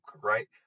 right